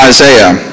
Isaiah